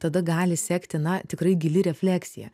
tada gali sekti na tikrai gili refleksija